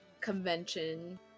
convention